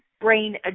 brain